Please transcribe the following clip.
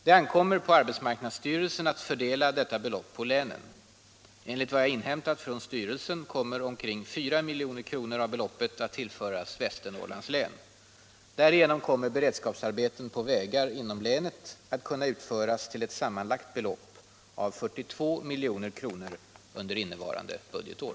Det ankommer på arbetsmarknadsstyrelsen att fördela detta belopp på länen. Enligt vad jag inhämtat från styrelsen kommer ca 4 milj.kr. av beloppet att tillföras Västernorrlands län. Därigenom kommer beredskapsarbeten på vägar inom länet att kunna utföras till ett sammanlagt belopp av 42 milj.kr. under innevarande budgetår.